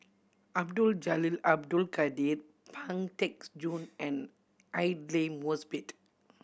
Abdul Jalil Abdul Kadir Pang Teck Joon and Aidli Mosbit